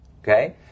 okay